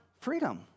Freedom